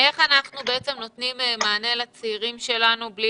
איך אנחנו נותנים מענה לצעירים שלנו מבלי